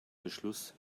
beschluss